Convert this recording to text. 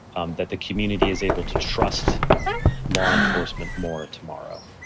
um that the community is able to trust law enforcement more tomorrow.